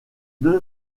deux